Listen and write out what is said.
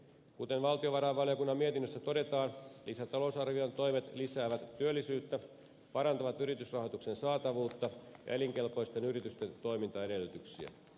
kuten valtiovarainvaliokunnan mietinnössä todetaan lisätalousarvion toimet lisäävät työllisyyttä parantavat yritysrahoituksen saatavuutta ja elinkelpoisten yritysten toimintaedellytyksiä